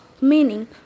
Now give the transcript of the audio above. meaning